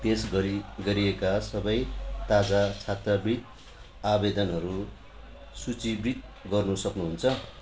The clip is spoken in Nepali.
पेस गरी गरिएका सबै ताजा छात्रवृत्ति आवेदनहरू सूचीबद्ध गर्न सक्नुहुन्छ